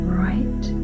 right